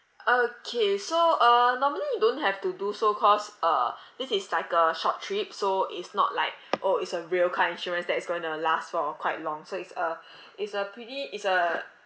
okay so uh normally you don't have to do so cause uh this is like a short trip so it's not like oh is a real car insurance that is going to last for quite long so it's uh it's a pretty it's a